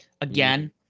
again